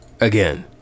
again